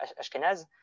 Ashkenaz